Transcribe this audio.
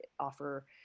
offer